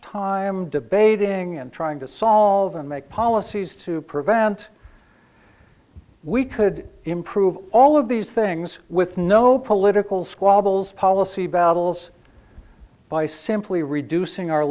time debating and trying to solve and make policies to prevent we could improve all of these things with no political squabbles policy battles by simply reducing our